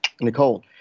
nicole